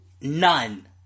none